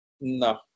no